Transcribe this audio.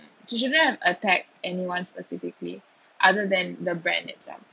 she shouldn't have attack anyone specifically other than the brand itself